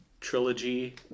trilogy